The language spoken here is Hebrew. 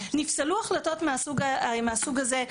נפסלו החלטות מהסוג הזה,